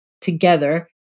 together